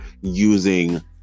using